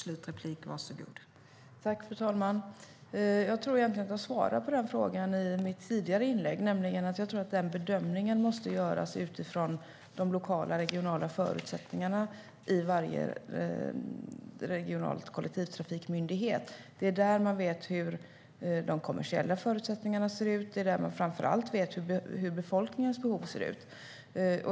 Fru talman! Jag svarade nog på den frågan i mitt tidigare inlägg. Jag tror att denna bedömning måste göras utifrån de lokala och regionala förutsättningarna i varje regional kollektivtrafikmyndighet. Det är där man vet hur de kommersiella förutsättningarna ser ut och framför allt hur befolkningens behov ser ut.